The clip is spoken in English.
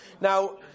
Now